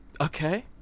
Okay